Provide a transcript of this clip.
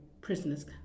prisoners